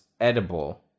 edible